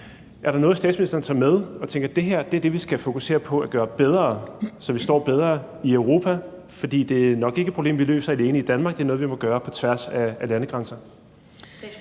er der så noget, statsministeren tager med, og som hun tænker er det, vi skal fokusere på at gøre bedre, så vi står bedre i Europa? For det er nok ikke et problem, vi løser alene i Danmark; det er noget, vi må gøre på tværs af landegrænser.